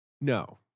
No